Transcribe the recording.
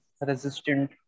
resistant